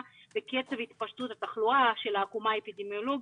בקצב התפשטות התחלואה של העקומה האפידמיולוגית,